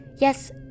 Yes